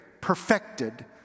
perfected